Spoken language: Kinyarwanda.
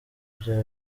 bya